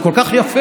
זה כל כך יפה.